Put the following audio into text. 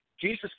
Jesus